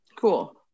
Cool